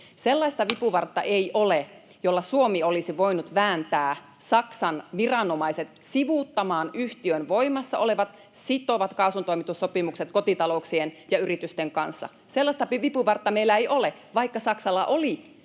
Sellaista vipuvartta ei ole, jolla Suomi olisi voinut vääntää Saksan viranomaiset sivuuttamaan yhtiön voimassa olevat sitovat kaasuntoimitussopimukset kotita-louksien ja yritysten kanssa. Sellaista vipuvartta meillä ei ole, vaikka Saksalla oli